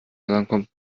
herankommt